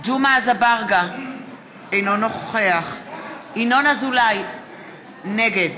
ג'מעה אזברגה, אינו נוכח ינון אזולאי, נגד